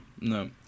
No